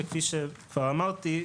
וכפי שכבר אמרתי,